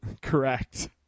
correct